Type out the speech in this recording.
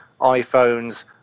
iPhones